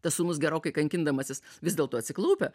tas sūnus gerokai kankindamasis vis dėlto atsiklaupia